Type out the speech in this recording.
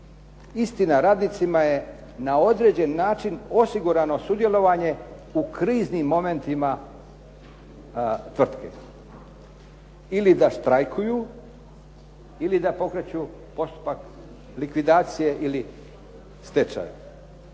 Istina, radnicima je na određen način osigurana sudjelovanje u kriznim momentima tvrtke ili da štrajkuju ili da pokreću postupak likvidacije ili stečaja.